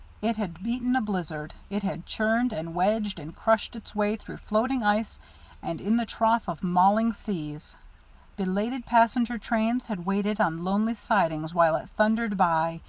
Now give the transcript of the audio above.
it had beaten a blizzard, it had churned and wedged and crushed its way through floating ice and in the trough of mauling seas belated passenger trains had waited on lonely sidings while it thundered by,